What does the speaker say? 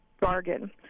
bargain